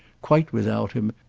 quite without him,